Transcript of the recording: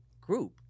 group